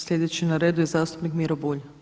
Sljedeći na redu je zastupnik Miro Bulj.